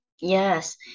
Yes